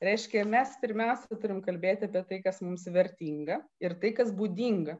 reiškia mes pirmiausia turim kalbėti apie tai kas mums vertinga ir tai kas būdinga